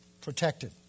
protected